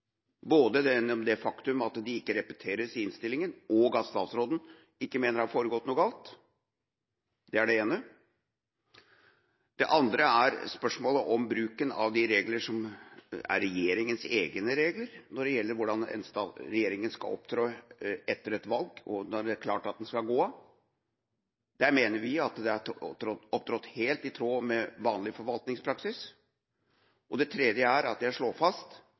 både gjennom det faktum at de ikke repeteres i innstillinga, og at statsråden ikke mener det har foregått noe galt. Det er det ene. Det andre er spørsmålet om bruken av de regler som er regjeringas egne regler for hvordan regjeringa skal opptre etter et valg, og når det er klart at den skal gå av. Der mener vi at det er opptrådt helt i tråd med vanlig forvaltningspraksis. Og det tredje er at jeg slår fast